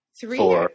Three